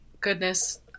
goodness